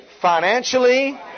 financially